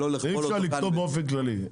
אי אפשר לכתוב באופן כללי.